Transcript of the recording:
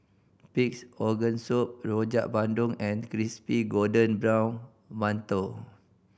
Pig's Organ Soup Rojak Bandung and crispy golden brown mantou